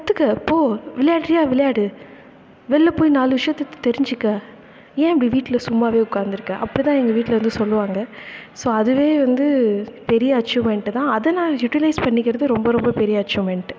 கற்றுக்க போ விளையாடுறீயா விளையாடு வெளில போய் நாலு விஷயத்த தெரிஞ்சுக்க ஏன் இப்படி வீட்டில் சும்மாவே உட்காந்துருக்க அப்படிதான் எங்கள் வீட்டில் வந்து சொல்லுவாங்க ஸோ அதுவே வந்து பெரிய அச்சிவ்மெண்ட்டு தான் அதை நான் யுட்டிலைஸ் பண்ணிக்கிறது ரொம்ப ரொம்ப பெரிய அச்சிவ்மெண்ட்டு